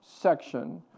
section